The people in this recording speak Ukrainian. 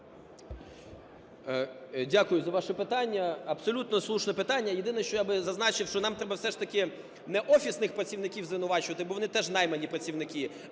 Дякую за ваше питання. Абсолютно слушне питання, єдине, що я би зазначив, що нам треба все ж таки не офісних працівників звинувачувати, бо вони теж наймані працівники,